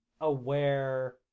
aware